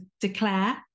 declare